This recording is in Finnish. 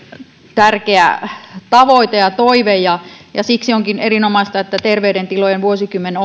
tärkeä tavoite ja toive ja ja siksi onkin erinomaista että terveiden tilojen vuosikymmen